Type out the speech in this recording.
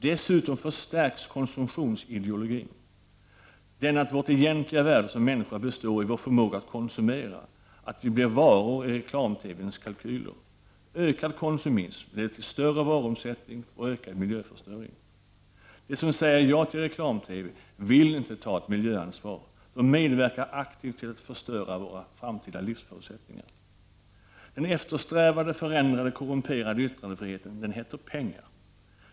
Dessutom förstärks konsumtionsideologin, dvs. att vårt egentliga värde som människa består i vår förmåga att konsumera. Vi blir varor i reklam-TV:s kalkyler. Ökad konsumtion leder till större varuomsättning och ökad miljöförstöring. De som säger ja till reklam-TV vill inte ta ett miljöansvar. De medverkar aktivt till att förstöra våra framtida livsförutsättningar. Den eftersträvade, förändrade och korrumperade yttrandefriheten heter pengar.